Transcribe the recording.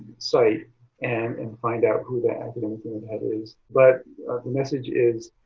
site and and find out who the academic unit head is. but the message is,